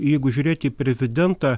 jeigu žiūrėt į prezidentą